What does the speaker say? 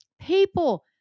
people